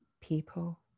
People